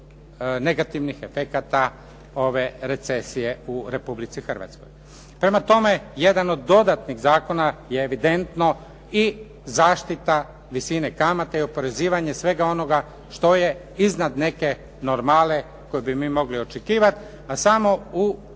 negativnih efekata ove recesije u Republici Hrvatskoj. Prema tome, jedan od dodatnih zakona je evidentno i zaštita visine kamate i oporezivanje svega onoga što je iznad neke normale koju bi mi mogli očekivati, a samo u